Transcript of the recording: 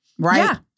Right